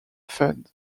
fund